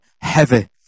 heavy